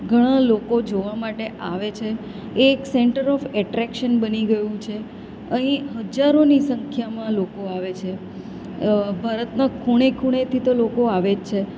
ઘણાં લોકો જોવા માટે આવે છે એ એક સેન્ટર ઓફ એટ્રેકશન બની ગયું છે અહીં હજારોની સંખ્યામાં લોકો આવે છે ભારતના ખૂણે ખૂણેથી તો લોકો આવે જ છે